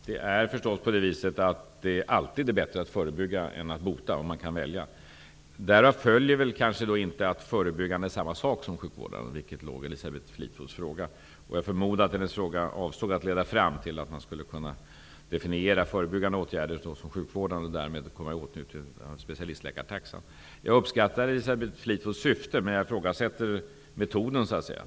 Herr talman! Om man kan välja är det förstås alltid bättre att förebygga än att bota. Därav följer kanske inte att förebyggande är samma sak som sjukvårdande, vilket låg i Elisabeth Fleetwoods fråga. Jag förmodar att hennes fråga avsåg att leda fram till att man skulle kunna definiera förebyggande åtgärder såsom sjukvårdande och därmed komma i åtnjutande av specialistläkartaxan. Jag uppskattar Elisabeth Fleetwoods syfte, men jag ifrågasätter metoden.